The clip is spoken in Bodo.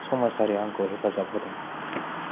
समाजारिया आंखौ हेफाजाब होदों